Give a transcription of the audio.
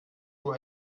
nur